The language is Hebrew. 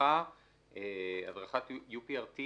הדרכת UPRT